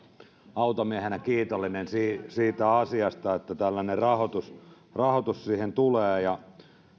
kiitollinen siitä siitä asiasta että tällainen rahoitus rahoitus siihen tulee ja